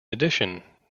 addition